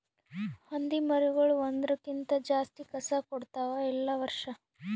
ಹಂದಿ ಮರಿಗೊಳ್ ಒಂದುರ್ ಕ್ಕಿಂತ ಜಾಸ್ತಿ ಕಸ ಕೊಡ್ತಾವ್ ಎಲ್ಲಾ ವರ್ಷ